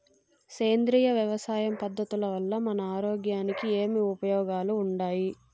సేంద్రియ వ్యవసాయం పద్ధతుల వల్ల మన ఆరోగ్యానికి ఏమి ఉపయోగాలు వుండాయి?